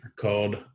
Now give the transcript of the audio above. called